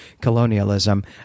colonialism